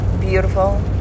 beautiful